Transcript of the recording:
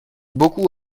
beaucoup